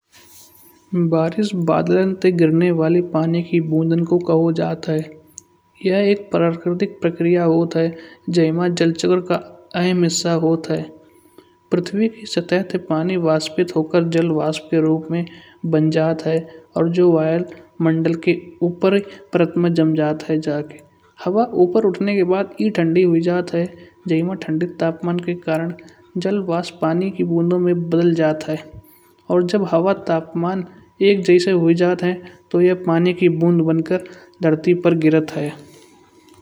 बारिश बादलन ते गिरने वाले पानी के बूंदन को कहो जात है। या एक प्राकृतिक प्रक्रिया होत है। जै मा जल चक्र का एहम हिस्सा होत है। पृथ्वी की सतह से पानी वाष्पित होकर जलवाष्प के रूप में बन जात है। और जो वायु मण्डल के ऊपर प्रतमा जम जात है जाके। हवा ऊपर उठने के बाद की ठंडी हुई जात है। जै मई या ठंडी तापमान के कारण जलवाष्प पानी की बूंदों में बदल जात है। और जब हवा तापमान एक जैसी हुई जात है तो यह पानी की बूंद बनकर धरती पर गिरत जात है।